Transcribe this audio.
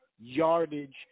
yardage